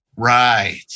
Right